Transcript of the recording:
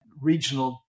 regional